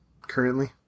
currently